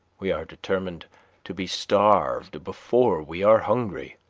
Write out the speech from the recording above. we are determined to be starved before we are hungry.